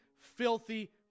filthy